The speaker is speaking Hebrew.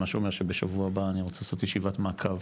מה שאומר שבשבוע הבא אני רוצה לעשות ישיבת מעקב